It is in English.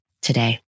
today